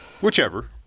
whichever